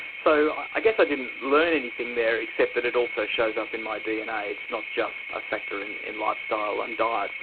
so i guess i didn't learn anything there except that it also shows up in my dna, it is not just a factor in in lifestyle and diet.